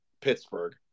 Pittsburgh